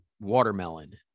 watermelon